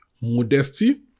modesty